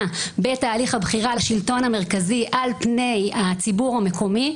בתהליך הבחירה לשלטון המרכזי על פני הציבור המקומי,